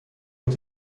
mit